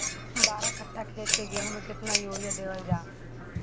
बारह कट्ठा खेत के गेहूं में केतना यूरिया देवल जा?